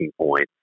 point